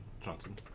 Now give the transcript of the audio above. Johnson